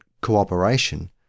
cooperation